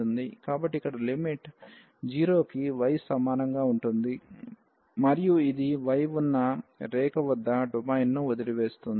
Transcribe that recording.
కాబట్టి ఇక్కడ లిమిట్ 0 కి y సమానంగా ఉంటుంది మరియు ఇది y ఉన్న ఈ రేఖ వద్ద డొమైన్ని వదిలివేస్తుంది